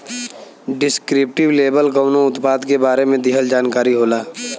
descriptive label कउनो उत्पाद के बारे में दिहल जानकारी होला